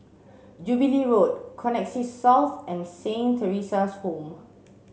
Jubilee Road Connexis South and Saint Theresa's Home